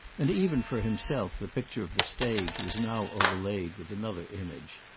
and even for himself the picture of the stage was now overlaid with another image.